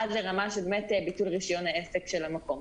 עד לרמה של ביטול רישיון העסק של המקום.